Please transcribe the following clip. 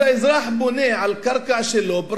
אז האזרח בונה על קרקע שלו,